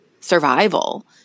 survival